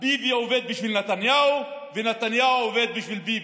ביבי עובד בשביל נתניהו ונתניהו עובד בשביל ביבי.